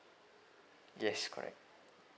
yes correct